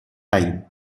time